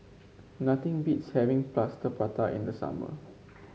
nothing beats having Plaster Prata in the summer